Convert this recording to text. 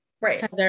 right